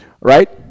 right